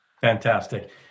Fantastic